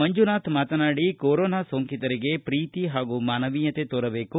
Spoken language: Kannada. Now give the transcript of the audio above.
ಮಂಜುನಾಥ್ ಮಾತನಾಡಿ ಕೊರೋನಾ ಸೋಂಕಿತರಿಗೆ ಪ್ರೀತಿ ಹಾಗೂ ಮಾನವೀಯತೆ ತೋರಬೇಕು